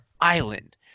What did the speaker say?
island